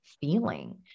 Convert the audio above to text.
feeling